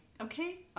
okay